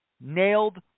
nailed